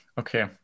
okay